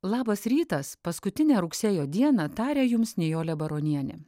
labas rytas paskutinę rugsėjo dieną taria jums nijolė baronienė